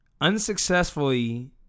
Unsuccessfully